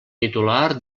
titular